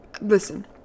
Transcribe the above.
Listen